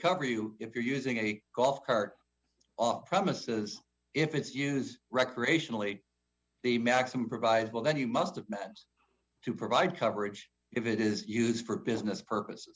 cover you if you're using a golf cart off premises if it's used recreationally the maximum provide well then you must have maps to provide coverage if it is used for business purpose